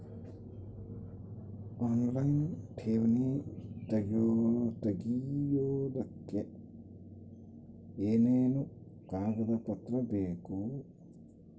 Online ಠೇವಣಿ ತೆಗಿಯೋದಕ್ಕೆ ಏನೇನು ಕಾಗದಪತ್ರ ಬೇಕು?